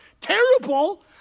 terrible